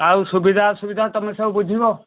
ଆଉ ସୁବିଧା ଅସୁବିଧା ତୁମେ ସବୁ ବୁଝିବ